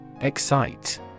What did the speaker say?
Excite